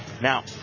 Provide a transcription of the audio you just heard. Now